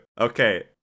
okay